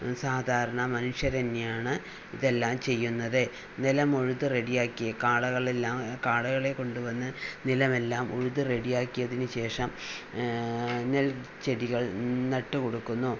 സാധാരണ മനുഷ്യർ തന്നെയാണ് ഇതെല്ലാം ചെയ്യുന്നത് ഇതെല്ലാം ഉഴ്ത് റെഡിയാക്കി കാളകളെ എല്ലാം കാളകളെ കൊണ്ടു വന്ന് നിലമെല്ലാം ഉഴുതു റെഡിയാക്കിയതിന് ശേഷം നെൽച്ചെടികൾ നട്ട് കൊടുക്കുന്നു